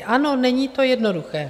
Ano, není to jednoduché.